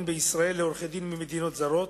בישראל לעורכי-דין ממדינות זרות,